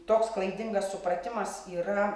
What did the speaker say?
toks klaidingas supratimas yra